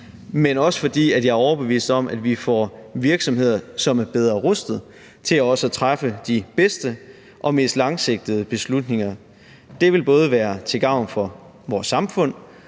men også fordi jeg er overbevist om, at vi får virksomheder, som er bedre rustet til også at træffe de bedste og mest langsigtede beslutninger. Det vil både være til gavn for vores samfund